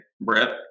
Brett